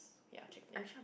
ya chick flick